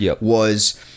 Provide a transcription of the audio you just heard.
was-